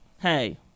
hey